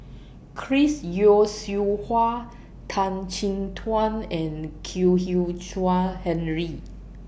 Chris Yeo Siew Hua Tan Chin Tuan and Kwek Hian Chuan Henry